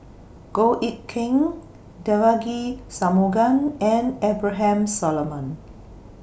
Goh Eck Kheng Devagi Sanmugam and Abraham Solomon